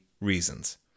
reasons